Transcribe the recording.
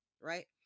right